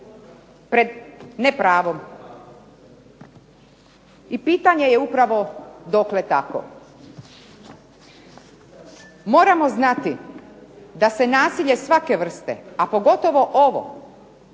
pred nepravom. I pitanje je upravo dokle tako. Moramo znati da se nasilje svake vrste, a pogotovo ovo,